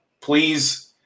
please